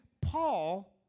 Paul